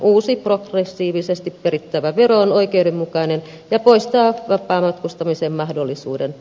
uusi progressiivisesti perittävä vero on oikeudenmukainen ja poistaa vapaamatkustamisen mahdollisuuden